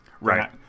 Right